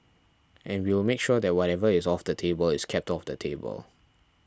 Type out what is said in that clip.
and we will make sure that whatever is off the table is kept off the table